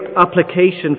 application